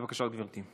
בבקשה, גברתי.